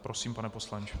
Prosím, pane poslanče.